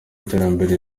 iterambere